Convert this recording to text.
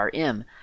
Rm